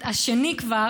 השני כבר,